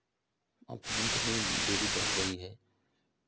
अब तो दिन पे दिन डेयरी बढ़ रही है